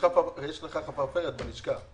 אופיר, אם אפשר, ממש בקצרה.